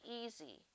easy